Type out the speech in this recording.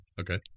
Okay